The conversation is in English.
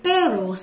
Pero